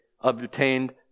obtained